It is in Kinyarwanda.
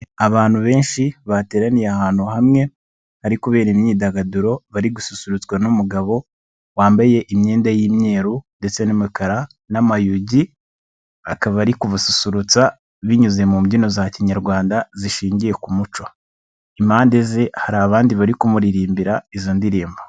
Abantu benshi bateraniye ahantu hamwe hari kubera imyidagaduro bari gususurutswa n'umugabo wambaye imyenda y'imyeru, ndetse n'umukara n'amayugi akaba ari kubasusurutsa binyuze mu mbyino za Kinyarwanda zishingiye ku muco. Impande ze hari abandi bari kumuririmbira izo ndirimbo.